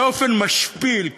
באופן משפיל,